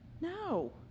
No